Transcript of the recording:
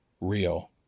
real